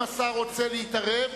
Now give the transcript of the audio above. אם השר רוצה להתערב,